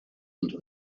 into